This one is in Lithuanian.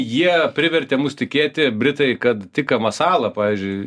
jie privertė mus tikėti britai kad tika masala pavyzdžiui